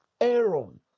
Aaron